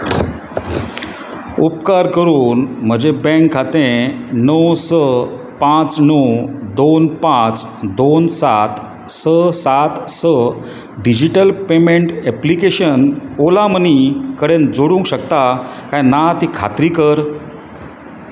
उपकार करून म्हजें बँक खातें णन स पांच णव दोन पांच दोन सात स सात स digital payment application Ola Money कडेन जोडूंक शकता काय ना ती खात्री कर